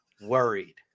worried